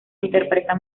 interpreta